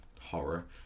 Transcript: horror